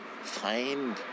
find